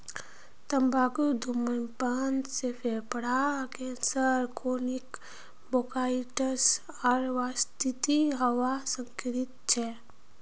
तंबाकू धूम्रपान से फेफड़ार कैंसर क्रोनिक ब्रोंकाइटिस आर वातस्फीति हवा सकती छे